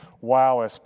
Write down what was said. wow